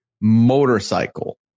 motorcycle